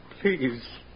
Please